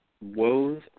Woes